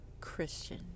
christian